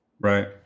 Right